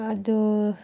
ಅದು